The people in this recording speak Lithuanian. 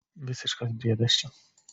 visiškas briedas čia